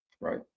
Right